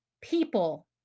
people